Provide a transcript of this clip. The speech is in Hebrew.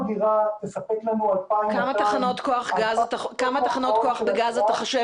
תספק לנו --- כמה תחנות כוח בגז אתה חושב